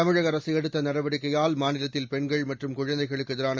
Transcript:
தமிழக அரசு எடுத்த நடவடிக்கையால் மாநிலத்தில் பெண்கள் மற்றும் குழந்தைகளுக்கு எதிரான